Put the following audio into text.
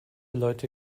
leute